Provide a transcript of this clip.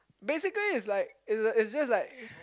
basically is like is is just like